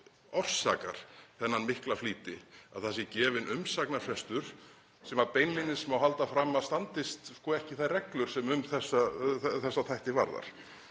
orsakar þennan mikla flýti, að það sé gefinn umsagnarfrestur sem beinlínis má halda fram að standist ekki þær reglur sem þessa þætti varðar?